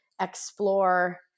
explore